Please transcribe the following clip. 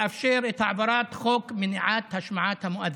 שלא לאפשר את העברת חוק מניעת השמעת המואזין,